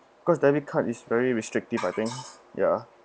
because debit card is very restrictive I think ya